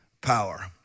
power